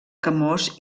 camós